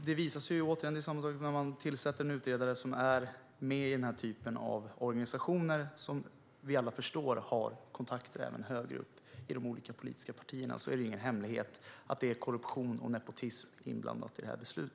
Det visar sig återigen nu när man tillsätter en utredare som är med i det slags organisationer som vi alla förstår har kontakter även högre upp i de olika politiska partierna. Det är ingen hemlighet att det är korruption och nepotism inblandat i detta beslut.